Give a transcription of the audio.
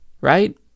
right